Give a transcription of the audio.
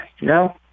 No